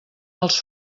els